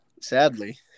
Sadly